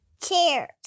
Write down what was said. Chairs